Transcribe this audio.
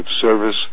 service